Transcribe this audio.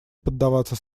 поддаваться